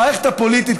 המערכת הפוליטית,